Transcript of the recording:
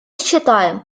считаем